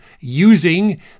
using